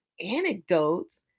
anecdotes